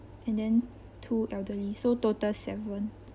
and then two elderly so total seven